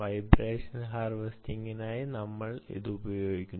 vibration ഹാർവെസ്റ്റിംഗിനായി നമ്മൾ ഇത് ഉപയോഗിക്കുന്നു